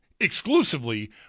exclusively